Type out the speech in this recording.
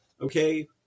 okay